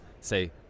say